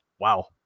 wow